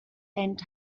and